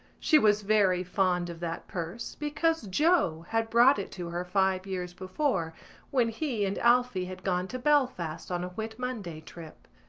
she was very fond of that purse because joe had brought it to her five years before when he and alphy had gone to belfast on a whit-monday trip.